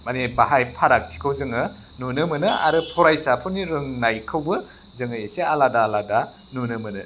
माने बाहाय फारागथिखौ जोङो नुनो मोनो आरो फरायसाफोरनि रोंनायखौबो जोङो एसे आलादा आलादा नुनो मोनो